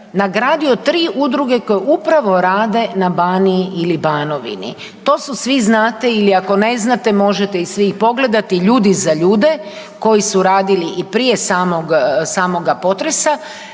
nagradio 3 udruge koje upravo rade na Baniji ili Banovini. To su, svi znate ili ako ne znate, možete ih svih ih pogledati, Ljudi za ljude, koji su radili i prije samoga potresa,